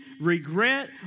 regret